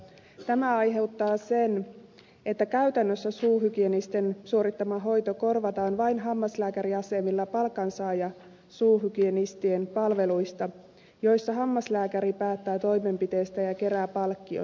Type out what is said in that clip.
tämä aiheuttaa sen että käytännössä suuhygienistien suorittama hoito korvataan vain hammaslääkäriasemilla palkansaajasuuhygienistien palveluista joissa hammaslääkäri päättää toimenpiteestä ja kerää palkkion